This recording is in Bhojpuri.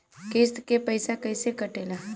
किस्त के पैसा कैसे कटेला?